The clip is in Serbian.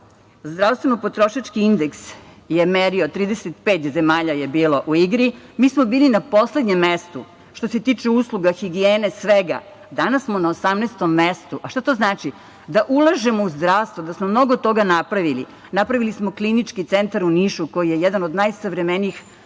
Zdravstveno potrošački indeks je merio, 35 zemalja je bilo u igri, mi smo bili na poslednjem mestu što se tiče usluga, higijene, svega, danas smo na 18 mestu, a šta to znači, da ulažemo u zdravstvo, da smo mnogo toga napravili, napravili smo Klinički centar u Nišu koji je jedan od najsavremenijih